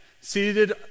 seated